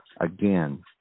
Again